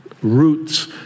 roots